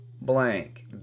blank